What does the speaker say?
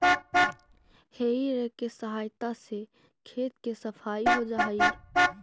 हेइ rake के सहायता से खेत के सफाई हो जा हई